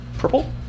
Purple